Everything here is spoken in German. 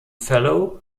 fellow